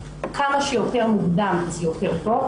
כמה שיותר מוקדם זה יותר טוב,